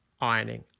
ironing